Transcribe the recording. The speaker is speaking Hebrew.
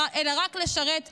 אלא רק לשרת כוח,